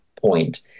point